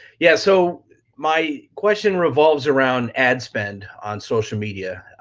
yeah, so my question revolves around ad spend on social media.